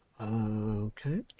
Okay